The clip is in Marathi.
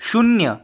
शून्य